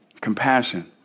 Compassion